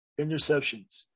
interceptions